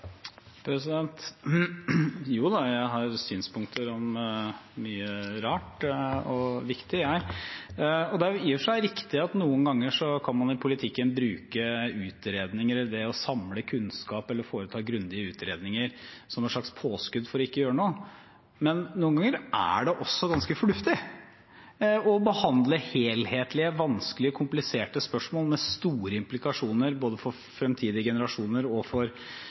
Jo da, jeg har synspunkter på mye rart og viktig, jeg. Det er i og for seg riktig at noen ganger kan man i politikken bruke utredninger eller det å samle kunnskap eller foreta grundige utredninger som et slags påskudd for ikke å gjøre noe. Men noen ganger er det også ganske fornuftig å behandle helhetlige, vanskelige, kompliserte spørsmål med store implikasjoner både for fremtidige generasjoner og for